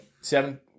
Seven